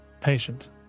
patient